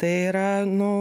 tai yra nu